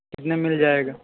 इतने मिल जाएगा